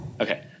okay